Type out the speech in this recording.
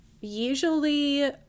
Usually